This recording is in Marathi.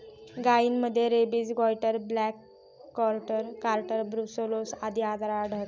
गायींमध्ये rabies, goitre, black quarter, brucellosis आदी आजार आढळतात